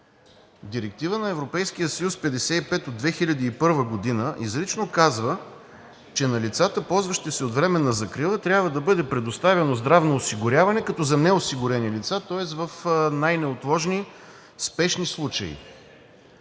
Директива № 55 на Европейския съюз от 2001 г. изрично казва, че на лицата, ползващи се от временна закрила, трябва да бъде предоставено здравно осигуряване като за неосигурени лица, тоест в най-неотложни, спешни случаи.